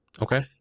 Okay